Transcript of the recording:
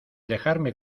dejarme